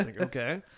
okay